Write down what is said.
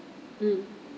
mm